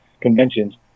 conventions